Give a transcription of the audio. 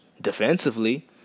Defensively